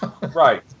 right